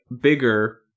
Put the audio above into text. bigger